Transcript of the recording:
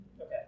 Okay